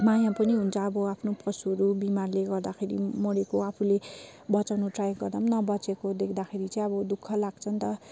माया पनि हुन्छ अब आफ्नो पशुहरू बिमारले गर्दाखेरि मरेको आफूले बचाउन ट्राई गर्दा पनि नबाँचेको देख्दाखेरि चाहिँ अब दु ख लाग्छ नि त